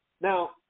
Now